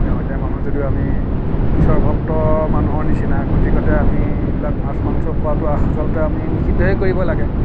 গাঁৱলীয়া মানুহ যদিও আমি ঈশ্বৰৰ ভক্ত মানুহৰ নিচিনা গতিকতে আমি এইবিলাক মাছ মাংস খোৱাটো আচলতে আমি নিষিদ্ধয়ে কৰিব লাগে